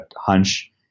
hunch